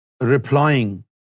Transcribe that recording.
replying